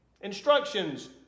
instructions